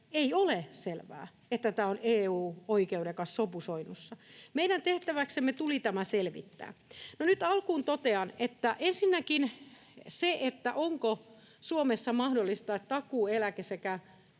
ei ole selvää, että tämä on EU-oikeuden kanssa sopusoinnussa. Meidän tehtäväksemme tuli tämä selvittää. No, nyt alkuun totean, että ensinnäkin se, onko Suomessa mahdollista, että takuueläke ja